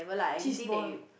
cheese ball